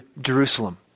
Jerusalem